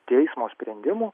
teismo sprendimu